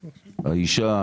האישה,